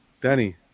danny